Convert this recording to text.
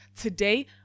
Today